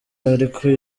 ariko